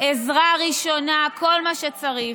עזרה ראשונה וכל מה שצריך.